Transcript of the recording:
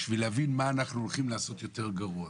בשביל להבין מה אנחנו הולכים לעשות יותר גרוע.